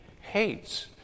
hates